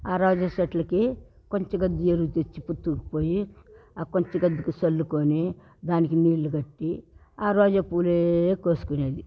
ఆ రోజా చెట్లకి కొద్దిగా ఎరువు తెచ్చి పుత్తూరుకు పోయి ఆ కొంచం కొద్దిగా చల్లుకుని దానికి నీళ్లు పెట్టి ఆ రోజా పూలే కోసుకునేది